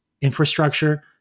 infrastructure